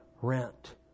rent